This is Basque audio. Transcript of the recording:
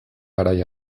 garai